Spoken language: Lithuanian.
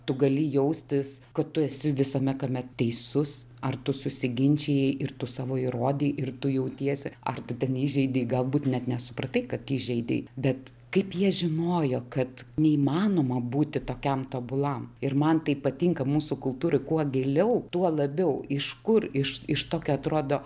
tu gali jaustis kad tu esi visame kame teisus ar tu susiginčijai ir tu savo įrodei ir tu jautiesi ar tu ten įžeidei galbūt net nesupratai kad įžeidei bet kaip jie žinojo kad neįmanoma būti tokiam tobulam ir man tai patinka mūsų kultūroj kuo giliau tuo labiau iš kur iš iš tokio atrodo